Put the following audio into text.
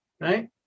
Right